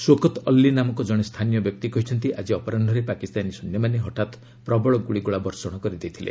ଶୋକତ ଅଲ୍ଲି ନାମକ ଜଣେ ସ୍ଥାନୀୟ ବ୍ୟକ୍ତି କହିଛନ୍ତି ଆଜି ଅପରାହୁରେ ପାକିସ୍ତାନୀ ସୈନ୍ୟମାନେ ହଠାତ୍ ପ୍ରବଳ ଗୁଳିଗୋଳା ବର୍ଷଣ କରିଦେଇଥିଲେ